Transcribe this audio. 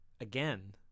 again